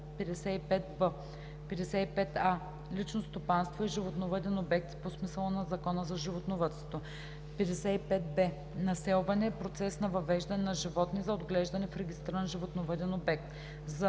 „55а. „Лично стопанство“ е животновъден обект по смисъла на Закона за животновъдството. 55б. „Населване“ е процес на въвеждане на животни за отглеждане в регистриран животновъден обект.“;